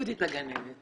יהודית הגננת.